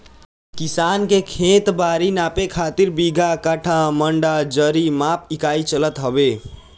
किसान के खेत बारी नापे खातिर बीघा, कठ्ठा, मंडा, जरी माप इकाई चलत हवे